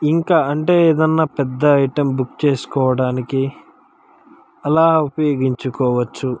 ఇంకా అంటే ఏదన్న పెద్ద ఐటెం బుక్ చేసుకోవడానికి అలా ఉపయోగించుకోవచ్చు